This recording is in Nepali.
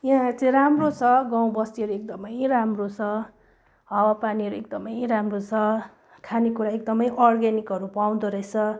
यहाँ चाहिँ राम्रो छ गाउँबस्तीहरू एकदमै राम्रो छ हावापानीहरू एकदमै राम्रो छ खानेकुरा एकदमै अर्ग्यानिकहरू पाउँदोरहेछ